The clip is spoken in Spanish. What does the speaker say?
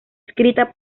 escrita